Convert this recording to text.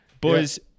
boys